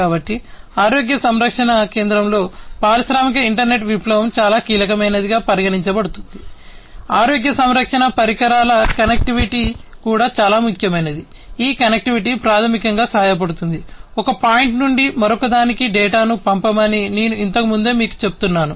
కాబట్టి ఆరోగ్య సంరక్షణ కేంద్రంలో పారిశ్రామిక ఇంటర్నెట్ విప్లవం చాలా కీలకమైనదిగా పరిగణించబడుతుంది ఆరోగ్య సంరక్షణ పరికరాల కనెక్టివిటీ కూడా చాలా ముఖ్యమైనది ఈ కనెక్టివిటీ ప్రాథమికంగా సహాయపడుతుంది ఒక పాయింట్ నుండి మరొకదానికి డేటాను పంపమని నేను ఇంతకు ముందే మీకు చెప్తున్నాను